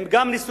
שהם גם נשואים,